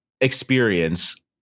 experience